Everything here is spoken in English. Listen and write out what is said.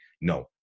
no